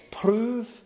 prove